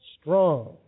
Strong